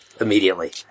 immediately